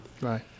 Right